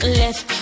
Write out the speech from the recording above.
left